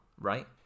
right